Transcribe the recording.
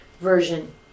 version